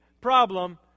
Problem